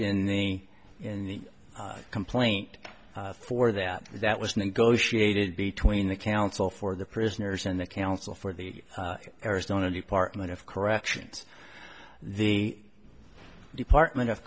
in the in the complaint for that that was negotiated between the counsel for the prisoners and the counsel for the arizona department of corrections the department of